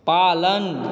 पालन